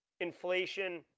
inflation